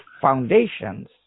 foundations